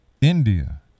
India